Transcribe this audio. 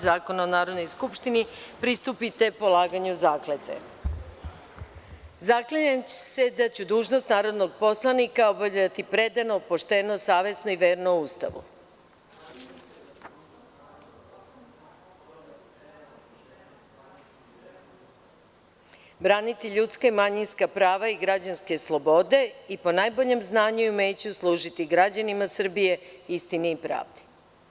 Zakona o Narodnoj skupštini, pristupite polaganju zakletve. (Predsedavajuća čita tekst zakletve, a narodni poslanik ponavlja.) "ZAKLINjEM SE DA ĆU DUŽNOST NARODNOG POSLANIKA OBAVLjATI PREDANO, POŠTENO, SAVESNO I VERNO USTAVU, BRANITI LjUDSKA I MANjINSKA PRAVA I GRAĐANSKE SLOBODE I PO NAJBOLjEM ZNANjU I UMEĆU SLUŽITI GRAĐANIMA SRBIJE, ISTINI I PRAVDI"